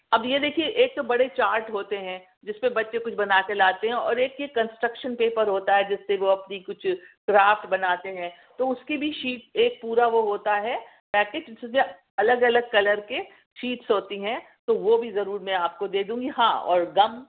اب یہ دیکھئے ایک تو بڑے چارٹ ہوتے ہیں جس پہ بچے کچھ بنا کے لاتے ہیں اور ایک یہ کنسٹرکشن پیپر ہوتا ہے جس سے وہ اپنی کچھ کرافٹ بناتے ہیں تو اس کی بھی شیٹ ایک پورا وہ ہوتا ہے پیکٹ جس میں الگ الگ کلر کے شیٹس ہوتی ہیں تو وہ بھی ضرور میں آپ کو دے دوں گی ہاں اور گم